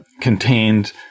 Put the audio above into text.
contained